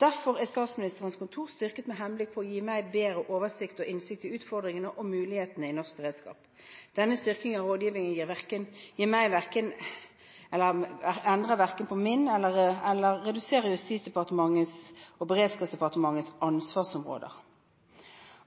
Derfor er Statsministerens kontor styrket med henblikk på å gi meg bedre oversikt og innsikt i utfordringene og mulighetene i norsk beredskap. Denne styrkingen av rådgivningen til meg verken endrer eller reduserer Justis- og beredskapsdepartementets ansvarsområder.